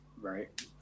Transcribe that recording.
Right